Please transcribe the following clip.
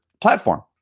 platform